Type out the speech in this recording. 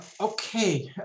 Okay